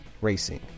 racing